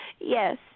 Yes